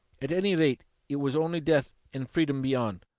at any rate it was only death and freedom beyond.